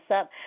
up